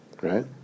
right